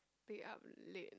stayed up late